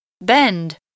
Bend